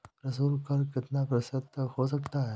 प्रशुल्क कर कितना प्रतिशत तक हो सकता है?